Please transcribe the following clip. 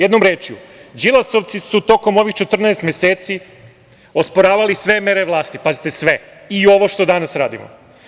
Jednom rečju, Đilasovci su tokom ovih 14 meseci osporavali sve mere vlasti, pazite sve, i ovo što danas radimo.